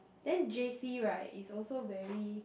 then J_C right is also very